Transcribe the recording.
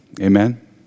Amen